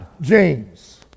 James